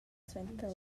suenter